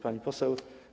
Pani Poseł!